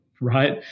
right